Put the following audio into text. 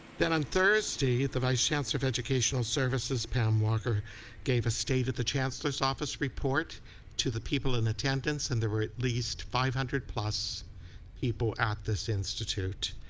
then on thursday the vice chancellor of educational services pam walker gave a state of the chancellor's office report to the people in attendance and there were at least five hundred plus people at this institute.